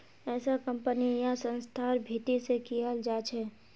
ऐसा कम्पनी या संस्थार भीती से कियाल जा छे